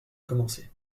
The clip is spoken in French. commencer